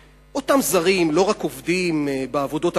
אותם זרים לא רק עובדים בעבודות הקשות,